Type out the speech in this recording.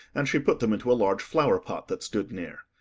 and she put them into a large flower-pot that stood near.